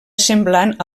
semblant